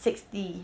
sixty